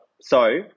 So-